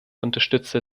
unterstütze